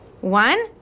One